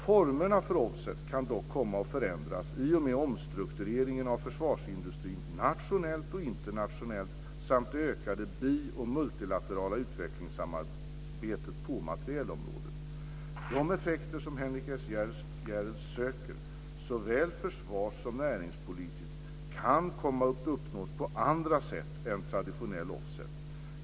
Formerna för offset kan dock komma att förändras i och med omstruktureringen av försvarsindustrin nationellt och internationellt samt det ökade bi och multilaterala utvecklingssamarbetet på materielområdet. De effekter som Henrik S. Järrel söker, såväl försvars som näringspolitiskt, kan komma att uppnås på andra sätt än genom traditionell offset.